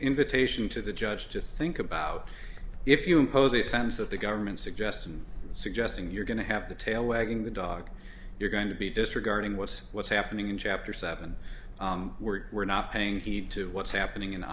invitation to the judge to think about if you impose a sense of the government suggest i'm suggesting you're going to have the tail wagging the dog you're going to be disregarding what's what's happening in chapter seven we're not paying heed to what's happening in